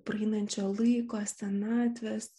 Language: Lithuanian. praeinančio laiko senatvės